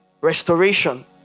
restoration